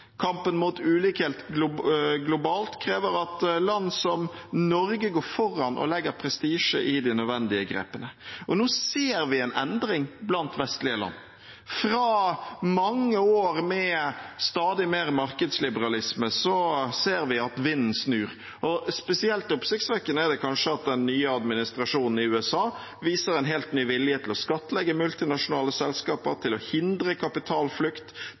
Kampen mot ulikhet globalt krever at land som Norge går foran og legger prestisje i de nødvendige grepene. Nå ser vi en endring blant vestlige land. Fra mange år med stadig mer markedsliberalisme ser vi at vinden snur, og spesielt oppsiktsvekkende er det kanskje at den nye administrasjonen i USA viser en helt ny vilje til å skattlegge multinasjonale selskaper, til å hindre kapitalflukt